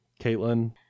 caitlin